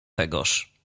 tegoż